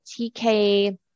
TK